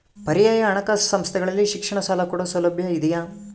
ಪರ್ಯಾಯ ಹಣಕಾಸು ಸಂಸ್ಥೆಗಳಲ್ಲಿ ಶಿಕ್ಷಣ ಸಾಲ ಕೊಡೋ ಸೌಲಭ್ಯ ಇದಿಯಾ?